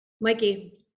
Mikey